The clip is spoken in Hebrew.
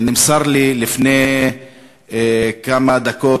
נמסר לי לפני כמה דקות